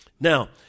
now